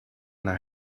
naar